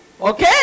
Okay